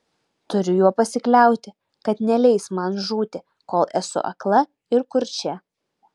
turiu juo pasikliauti kad neleis man žūti kol esu akla ir kurčia